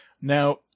Now